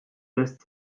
lässt